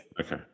Okay